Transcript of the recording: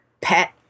pet